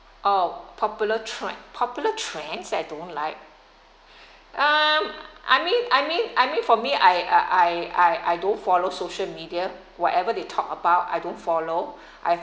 oh popular trend popular trends I don't like um I mean I mean I mean for me I I I I I don't follow social media whatever they talk about I don't follow I